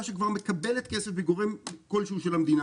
שכבר מקבלת כסף מגורם כלשהו של המדינה.